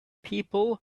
people